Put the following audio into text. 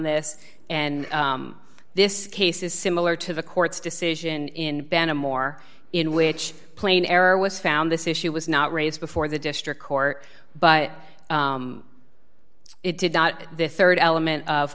this and this case is similar to the court's decision in banda moore in which plain error was found this issue was not raised before the district court but it did not the rd element of